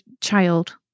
child